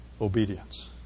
obedience